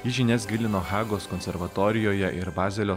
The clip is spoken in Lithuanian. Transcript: ji žinias gilino hagos konservatorijoje ir bazelio